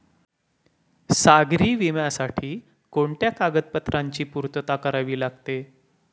सागरी विम्यासाठी कोणत्या कागदपत्रांची पूर्तता करावी लागते?